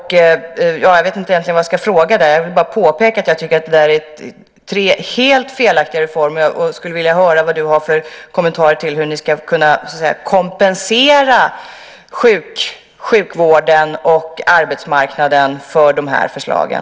Jag vill bara påpeka att jag tycker att det är tre helt felaktiga reformer och skulle vilja höra vad du har för kommentarer till hur ni ska kunna kompensera sjukvården och arbetsmarknaden för de här förslagen.